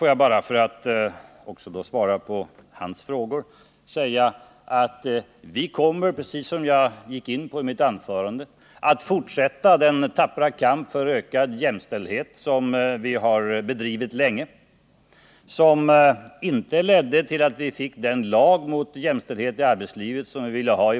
Låt mig bara för att svara på hans frågor säga att vi, som jag utvecklade i mitt anförande, kommer att fortsätta den tappra kamp för ökad jämställdhet som vi länge har bedrivit, men som tyvärr inte ledde till att vi i våras fick den lag om jämställdhet i arbetslivet som vi ville ha.